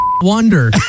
wonder